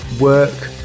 work